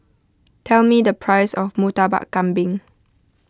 tell me the price of Murtabak Kambing